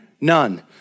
None